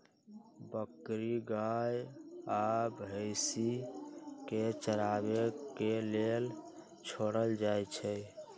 बकरी गाइ आ भइसी के चराबे के लेल छोड़ल जाइ छइ